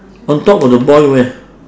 on top of the boy where